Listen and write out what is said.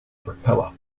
propeller